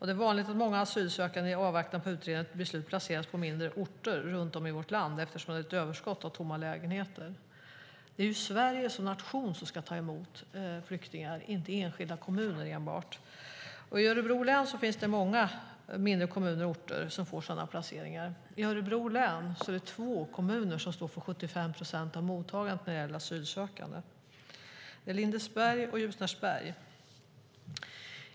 Det är vanligt att många asylsökande i avvaktan på utredning och beslut placeras på mindre orter runt om i vårt land eftersom det är ett överskott av tomma lägenheter. Det är Sverige som nation som ska ta emot flyktingar, inte enbart enskilda kommuner. I Örebro län finns det många mindre kommuner och orter som får sådana placeringar. I Örebro län är det två kommuner som står för 75 procent av mottagandet när det gäller asylsökande. Det är Lindesberg och Ljusnarsberg.